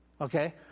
Okay